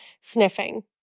sniffing